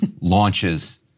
launches